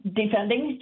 defending